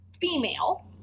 female